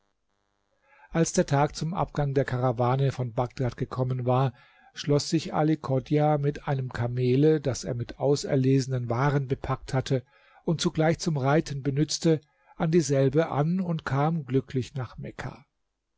als der tag zum abgang der karawane von bagdad gekommen war schloß sich ali chodjah mit einem kamele das er mit auserlesenen waren bepackt hatte und zugleich zum reiten benützte an dieselbe an und kam glücklich nach mekka